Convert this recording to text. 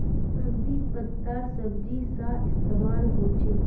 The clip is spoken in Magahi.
अरबी पत्तार सब्जी सा इस्तेमाल होछे